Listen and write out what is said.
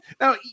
now